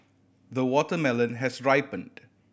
the watermelon has ripened